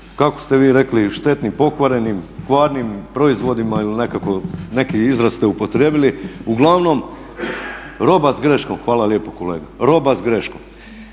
kako ste vi rekli štetnim, pokvarenim, kvarnim proizvodima ili neki izraz ste upotrijebili. Uglavnom roba s greškom, hvala lijepo kolega, roba s greškom.